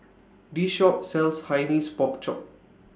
This Shop sells Hainanese Pork Chop